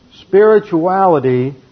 spirituality